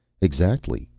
exactly.